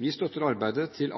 Vi støtter arbeidet til